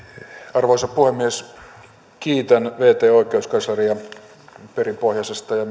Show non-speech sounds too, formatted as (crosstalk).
arvoisa puhemies kiitän virkaatekevä oikeuskansleria perinpohjaisesta ja (unintelligible)